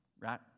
right